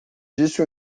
disse